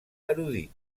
erudit